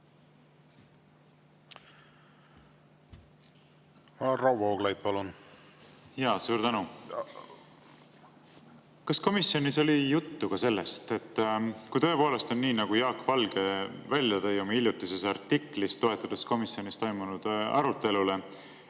Varro Vooglaid, palun! Jaa, suur tänu! Kas komisjonis oli juttu ka sellest, et kui tõepoolest on nii, nagu Jaak Valge välja tõi oma hiljutises artiklis, toetudes komisjonis toimunud arutelule,